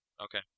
Okay